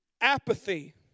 apathy